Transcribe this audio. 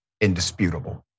indisputable